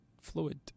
fluid